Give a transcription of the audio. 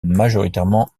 majoritairement